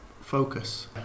focus